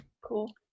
cool